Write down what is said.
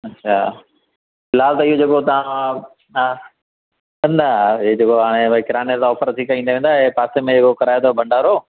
अछा फ़िलहाल त इहो जेको तव्हां न न इहो जेको हाणे किराने पासे में कराए थो भंडारो